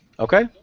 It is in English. Okay